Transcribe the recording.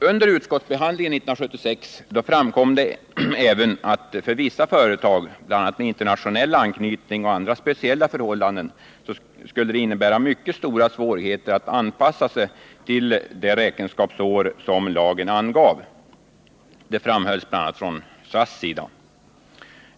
Under utskottsbehandlingen 1976 framkom det även att för vissa företag, bl.a. sådana med internationell anknytning eller andra speciella förhållanden, skulle det innebära mycket stora svårigheter att anpassa sig till det räkenskapsår som lagen angav. Detta framhölls bl.a. från SAS sida.